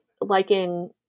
liking